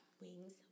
Wings